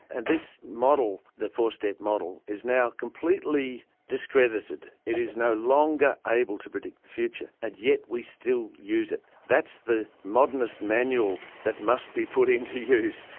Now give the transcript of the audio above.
and this model, the four-step model, is now completely discredited. it is no longer able to predict the future, and yet we still use it. that's the modernist manual that must be put into use,